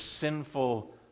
sinful